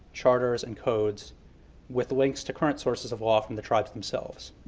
charters, and codes with links to current sources of law from the tribes themselves.